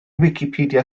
wicipedia